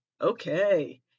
Okay